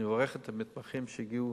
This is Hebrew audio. אני מברך את המתמחים שהגיעו,